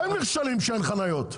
אתם נכשלים שאין חניות.